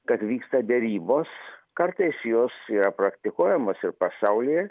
kad vyksta derybos kartais jos yra praktikuojamos ir pasaulyje